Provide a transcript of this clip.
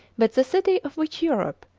but the city of which europe,